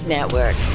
Network